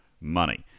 money